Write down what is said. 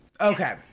Okay